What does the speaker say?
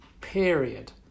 period